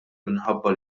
minħabba